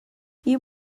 you